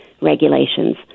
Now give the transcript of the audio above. regulations